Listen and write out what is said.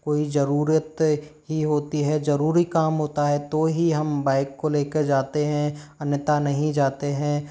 कोई ज़रूरत ही होती है ज़रूरी काम होता है तो ही हम बाइक को लेके जाते हैं अन्यथा नहीं जाते हैं